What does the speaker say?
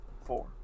Four